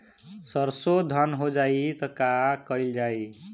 सरसो धन हो जाई त का कयील जाई?